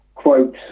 quote